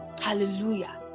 hallelujah